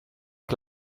che